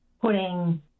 putting